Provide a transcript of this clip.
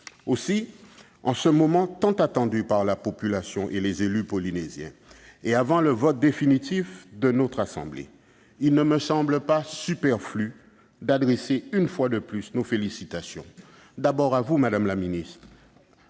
textes. En ce moment tant attendu par la population et les élus polynésiens, et avant le vote définitif de notre assemblée, il ne me semble pas superflu d'adresser une fois de plus nos remerciements à Mme la ministre,